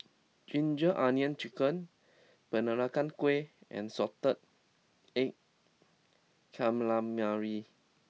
Ginger Onions Chicken Peranakan Kueh and Salted Egg Calamari